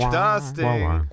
dusting